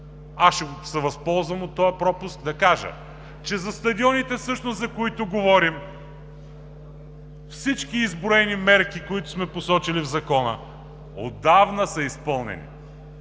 аз ще се възползвам от този пропуск да кажа, че за стадионите всъщност, за които говорим, всички изброени мерки, които сме посочили в Закона, отдавна са изпълнени.